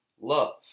love